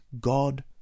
God